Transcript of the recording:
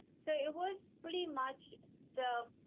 so it was pretty much the,